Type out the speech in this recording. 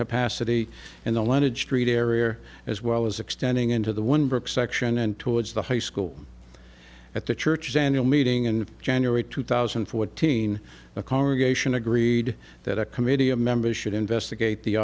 capacity in the leaded street area as well as extending into the one book section and towards the high school at the church saniel meeting in january two thousand and fourteen a congregation agreed that a committee of members should investigate the